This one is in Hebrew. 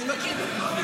אני מכיר את,